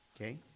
Okay